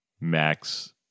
Max